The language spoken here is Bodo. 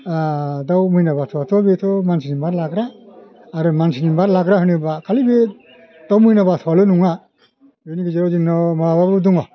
दाउ मैना बाथ'आथ बेथ' मानसिनि मात लाग्रा आरो मानसिनि मात लाग्रा होनोब्ला खालि बे दाउ मैना बाथ'आल नङा बेनि गेजेराव जोंनाव माबाबो दङ